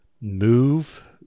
move